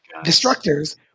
destructors